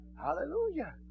Hallelujah